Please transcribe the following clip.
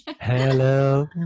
Hello